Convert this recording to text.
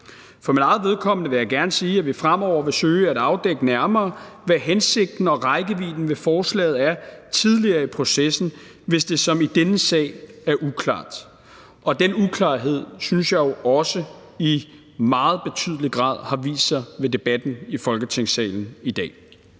For mit eget vedkommende vil jeg gerne sige, at vi fremover tidligere i processen vil søge at afdække nærmere, hvad hensigten og rækkevidden med et forslag er, hvis det som i denne sag er uklart, og den uklarhed synes jeg jo også i meget betydelig grad har vist sig i debatten i Folketingssalen i dag.